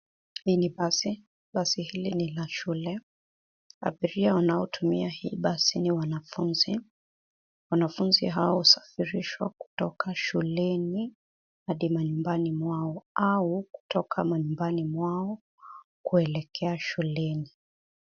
Hii ni basi. Basi hili ni la shule. Abiria wanaotumia hii basi ni wanafunzi. Wanafunzi hao usafirishwa kutoka shuleni hadi manyumbani mwao au kutoka manyumbani mwao kuelekea shuleni.